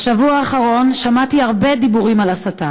בשבוע האחרון שמעתי הרבה דיבורים על הסתה,